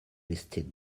listed